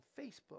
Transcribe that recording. Facebook